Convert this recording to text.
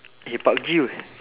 eh pub G